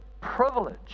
privilege